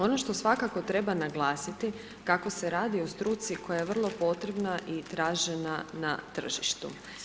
Ono što svakako treba naglasiti kako se radi o struci koja je vrlo potrebna i tražena na tržištu.